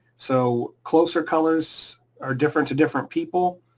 so closer colors are different to different people,